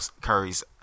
Curry's